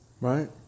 Right